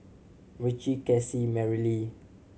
Ritchie Cassie Merrily